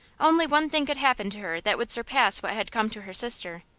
only one thing could happen to her that would surpass what had come to her sister.